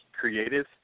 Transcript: creative